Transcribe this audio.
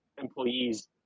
employees